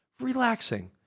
relaxing